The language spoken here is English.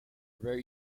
very